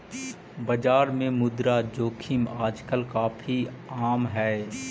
बाजार में मुद्रा जोखिम आजकल काफी आम हई